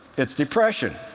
it's depression.